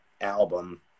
album